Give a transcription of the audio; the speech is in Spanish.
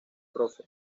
prof